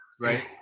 right